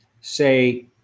say